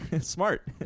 Smart